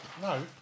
no